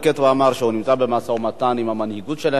ואמר שהוא נמצא במשא-ומתן עם המנהיגות שלהם,